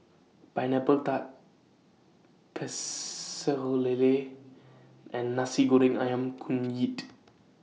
Pineapple Tart Pecel Lele and Nasi Goreng Ayam Kunyit